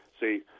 See